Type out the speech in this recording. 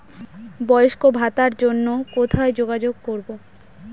বয়স্ক ভাতার জন্য কোথায় যোগাযোগ করব?